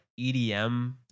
EDM